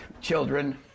children